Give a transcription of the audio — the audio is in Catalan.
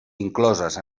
incloses